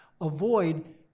avoid